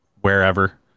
wherever